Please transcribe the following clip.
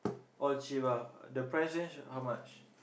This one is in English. all cheap ah the price range how much